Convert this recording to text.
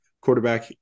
quarterback